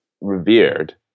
revered